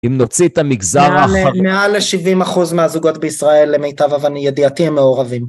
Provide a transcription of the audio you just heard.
אם נוציא את המגזר האחרון. מעל ל-70 אחוז מהזוגות בישראל למיטב ידיעתי הם מעורבים.